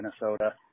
Minnesota